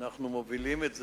אנחנו מובילים את זה,